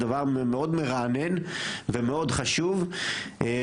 זה דבר מרענן מאוד וחשוב מאוד.